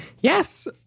Yes